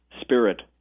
spirit